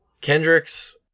Kendrick's